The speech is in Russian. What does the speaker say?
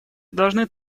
должны